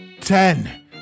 Ten